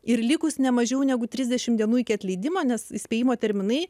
ir likus ne mažiau negu trisdešim dienų iki atleidimo nes įspėjimo terminai